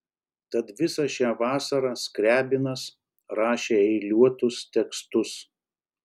tad visą šią vasarą skriabinas rašė eiliuotus tekstus